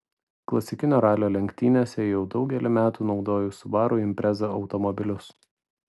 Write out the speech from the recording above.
klasikinio ralio lenktynėse jau daugelį metų naudoju subaru impreza automobilius